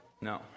No